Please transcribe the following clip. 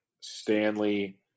Stanley